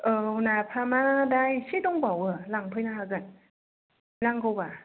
औ नाफामा दा एसे दंबावो लांफैनो हागोन नांगौबा